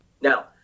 Now